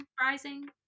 rising